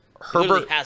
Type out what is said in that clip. Herbert